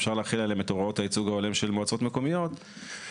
אפשר להחיל עליהם את הוראות הייצוג ההולם של מועצות מקומיות ועיריות,